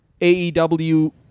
AEW